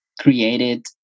created